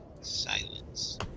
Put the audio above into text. Silence